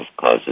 causes